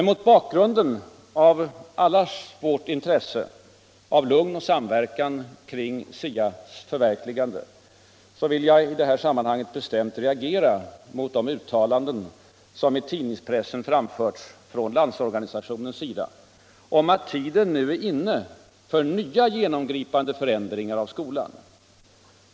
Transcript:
Mot bakgrund av allas vårt intresse av lugn och samverkan kring SIA:s förverkligande vill jag i sammanhanget bestämt reagera mot de uttalanden från Landsorganisationens sida som framförts i tidningspressen om att tiden nu är inne för nya genomgripande förändringar av skolan.